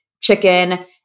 chicken